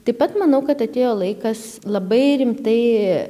taip pat manau kad atėjo laikas labai rimtai